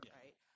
right